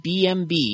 BMB